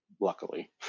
luckily